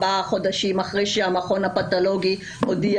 ארבעה חודשים אחרי שהמכון הפתולוגי הודיע